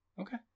okay